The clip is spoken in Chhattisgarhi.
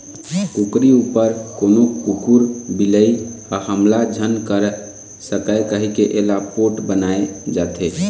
कुकरी उपर कोनो कुकुर, बिलई ह हमला झन कर सकय कहिके एला पोठ बनाए जाथे